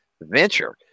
venture